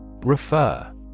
Refer